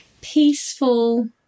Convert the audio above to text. Peaceful